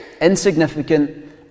insignificant